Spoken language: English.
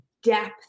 depth